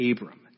Abram